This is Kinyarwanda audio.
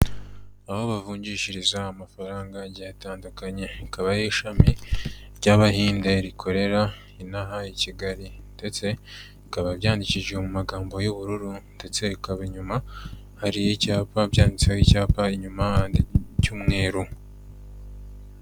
Aho bavungishiriza amafaranga agiye atandukanye akaba ari ishami ry'abahinde rikorera inaha i Kigali ndetse bikaba byandikishije mu magambo y'ubururu ndetse bikaba inyuma hari icyapa byanditseho icyapa inyuma cy'umweru.